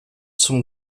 zum